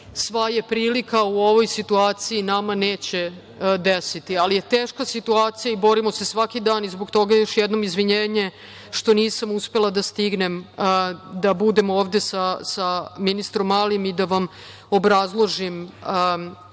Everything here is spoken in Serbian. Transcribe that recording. sva je prilika, u ovoj situaciji nama neće desiti. Teška je situacija i borimo se svaki dan i zbog toga još jednom izvinjenje što nisam uspela da stignem da budem ovde sa ministrom Malim i da vam obrazložim